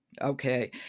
Okay